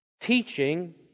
teaching